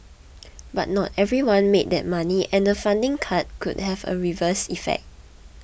but not everyone made that money and the funding cut could have a reverse effect